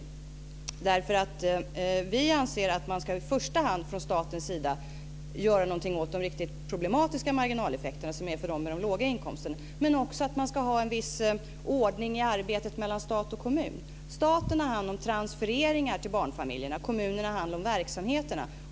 Vi anser att man från statens sida i första hand ska göra någonting åt de riktigt problematiska marginaleffekterna för dem med de låga inkomsterna. Men man ska också ha en viss ordning i arbetet mellan stat och kommun. Staten har hand om transfereringar till barnfamiljerna och kommunerna har hand om verksamheterna.